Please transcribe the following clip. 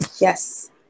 yes